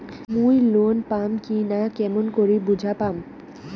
মুই লোন পাম কি না কেমন করি বুঝা পাম?